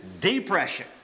depression